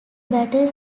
batter